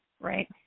right